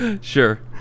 sure